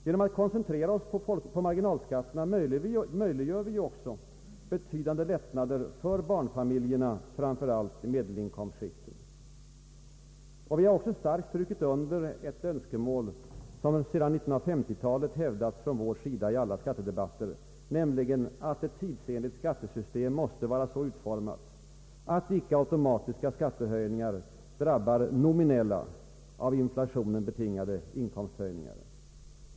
Genom att koncentrera oss på marginalskatterna möjliggör vi också betydande lättnader för barnfamiljerna framför allt i medelinkomstskikten. Vi har också strukit under ett önskemål som sedan 1950-talet hävdats från vår sida i alla skattedebatter, nämligen att ett tidsenligt skattesystem måste vara så utformat, att icke automatiska skattehöjningar drabbar nominella av inflationen betingade inkomsthöjningar.